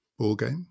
ballgame